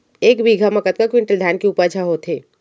एक बीघा म कतका क्विंटल धान के उपज ह होथे?